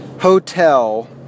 hotel